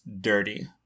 dirty